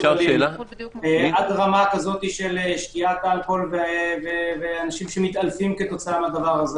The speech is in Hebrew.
עד רמה של שתיית אלכוהול ואנשים שמתעלפים כתוצאה מזה,